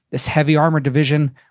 this heavy armored division,